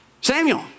Samuel